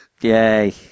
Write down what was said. Yay